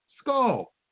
skull